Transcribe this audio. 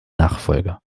nachfolger